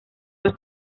más